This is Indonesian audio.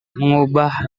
mengubah